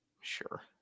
Sure